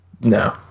No